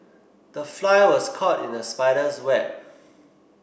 the fly was caught in the spider's web